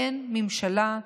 אין ממשלה,